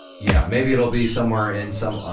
yeah, maybe it'll be somewhere in, so